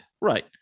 Right